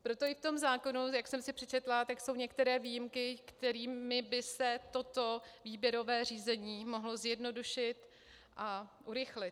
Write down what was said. Proto i v tom zákonu, jak jsem si přečetla, jsou některé výjimky, kterými by se toto výběrové řízení mohlo zjednodušit a urychlit.